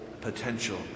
potential